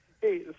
hey